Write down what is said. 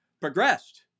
progressed